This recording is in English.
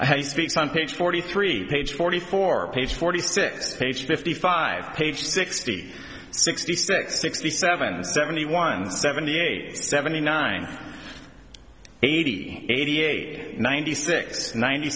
i speak some picks forty three page forty four page forty six page fifty five page sixty sixty six sixty seven seventy one seventy eight seventy nine eighty eighty eight ninety six ninety